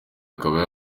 akaba